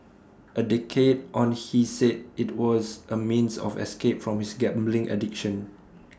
A decade on he said IT was A means of escape from his gambling addiction